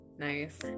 nice